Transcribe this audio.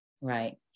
right